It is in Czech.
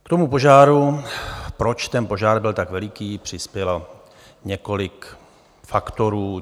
K tomu požáru, proč ten požár byl tak veliký, přispělo několik faktorů.